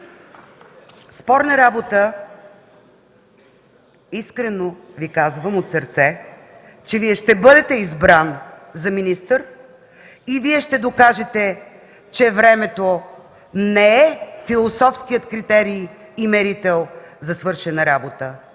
спорна работа! Искрено Ви казвам от сърце, че Вие ще бъдете избран за министър и ще докажете, че времето не е философският критерий и мерител за свършена работа!